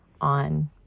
on